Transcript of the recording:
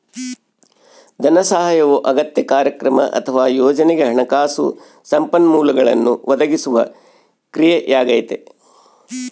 ಧನಸಹಾಯವು ಅಗತ್ಯ ಕಾರ್ಯಕ್ರಮ ಅಥವಾ ಯೋಜನೆಗೆ ಹಣಕಾಸು ಸಂಪನ್ಮೂಲಗಳನ್ನು ಒದಗಿಸುವ ಕ್ರಿಯೆಯಾಗೈತೆ